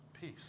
peace